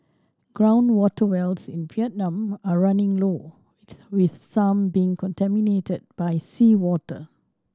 ground water wells in Vietnam are running low with some being contaminated by seawater